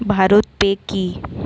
ভারত পে কি?